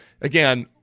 again